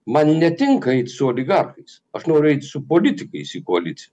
man netinka eit su oligarchais aš noriu eit su politikais į koalic